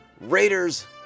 Raiders